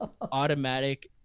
Automatic